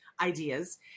ideas